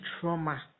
trauma